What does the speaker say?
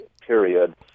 period